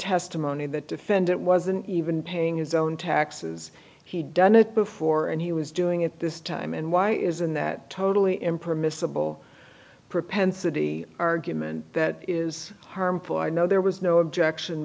testimony that defendant wasn't even paying his own taxes he'd done it before and he was doing it this time and why isn't that totally impermissible propensity argument that is harmful or no there was no objection